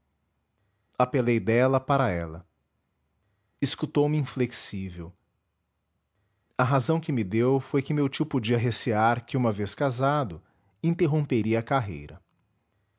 apelei dela para ela escutou me inflexível a razão que me deu foi que meu tio podia recear que uma vez casado interromperia a carreira